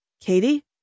Katie